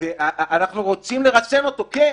אנחנו רוצים לרסן אותו כן,